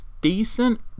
decent